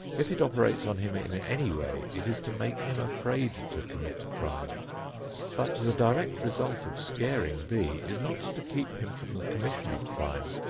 if it operates on him in any way it is to make him afraid to commit crime but the direct result of scaring b is not to keep him from the commission of crime,